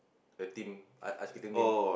the team i~ ice skating team